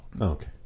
okay